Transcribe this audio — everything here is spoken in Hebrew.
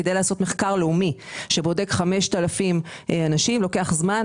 כדי לעשות מחקר לאומי שבודק 5,000 אנשים לוקח זמן.